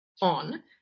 on